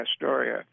Astoria